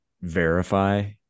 verify